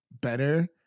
better